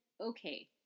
okay